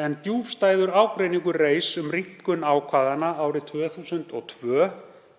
en djúpstæður ágreiningur reis um rýmkun ákvæðanna árið 2002